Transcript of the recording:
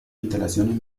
instalaciones